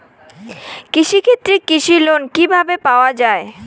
কৃষি ক্ষেত্রে কৃষি লোন কিভাবে পাওয়া য়ায়?